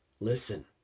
listen